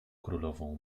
królową